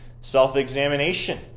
self-examination